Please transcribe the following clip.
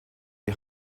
die